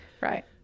Right